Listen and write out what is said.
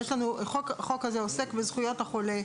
החוק הזה עוסק בזכויות החולה,